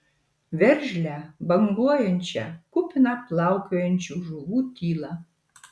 veržlią banguojančią kupiną plaukiojančių žuvų tylą